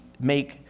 make